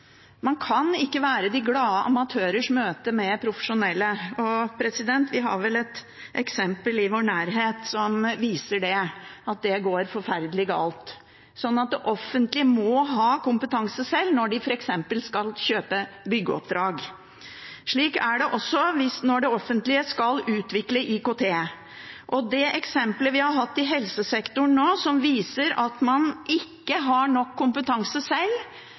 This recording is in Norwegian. Man kan ikke være de glade amatørers møte med profesjonelle. Og – president – vi har vel et eksempel i vår nærhet som viser det, at det går forferdelig galt. Så det offentlige må ha kompetanse sjøl når de f.eks. skal kjøpe byggeoppdrag. Slik er det også når det offentlige skal utvikle IKT. Og det eksempelet vi har hatt i helsesektoren nå, som viser at man ikke har nok kompetanse